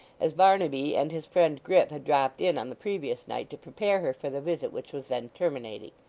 as barnaby and his friend grip had dropped in on the previous night to prepare her for the visit which was then terminating.